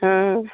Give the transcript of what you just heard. ह्म्म